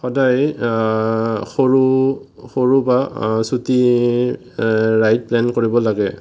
সদায় সৰু সৰু বা চুটি ৰাইড প্লেন কৰিব লাগে